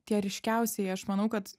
tie ryškiausieji aš manau kad